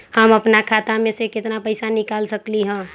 हम अपन खाता में से आज केतना पैसा निकाल सकलि ह?